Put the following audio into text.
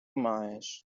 маєш